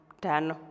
ten